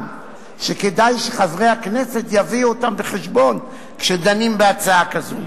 וכדאי שחברי הכנסת יביאו אותם בחשבון כשדנים בהצעה כזו.